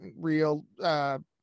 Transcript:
real